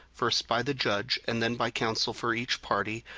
first by the judge, and then by counsel for each party,